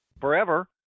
forever